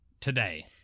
today